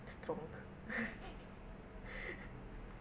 strong